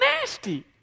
nasty